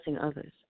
others